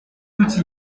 outil